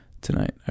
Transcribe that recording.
tonight